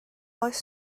oes